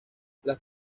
las